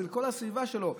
אלא כלפי כל הסביבה שלו.